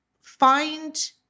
find